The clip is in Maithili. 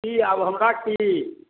की आब हम राखी